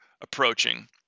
approaching